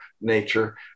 nature